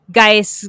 guys